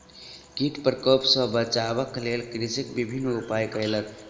कीट प्रकोप सॅ बचाबक लेल कृषक विभिन्न उपाय कयलक